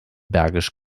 bergisch